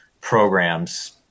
programs